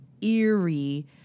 eerie